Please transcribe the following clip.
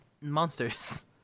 monsters